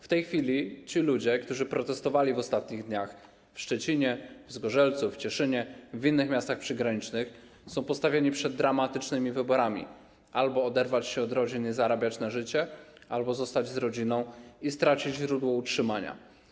W tej chwili ci ludzie, którzy protestowali w ostatnich dniach w Szczecinie, w Zgorzelcu, w Cieszynie, w innych miastach przygranicznych, są postawieni przed dramatycznymi wyborami: albo oderwać się od rodziny i zarabiać na życie, albo zostać z rodziną i stracić źródło utrzymania.